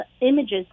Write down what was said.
images